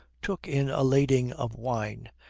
took in a lading of wine,